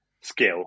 skill